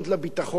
וחוץ מזה,